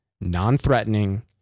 non-threatening